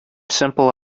simple